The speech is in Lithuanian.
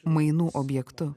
mainų objektu